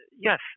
yes